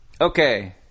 okay